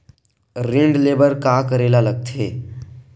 ऋण ले बर का करे ला लगथे?